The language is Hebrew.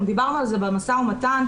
גם דיברנו על זה במשא ומתן.